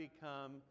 become